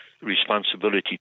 responsibility